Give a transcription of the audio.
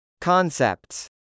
Concepts